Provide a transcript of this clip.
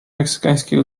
meksykańskie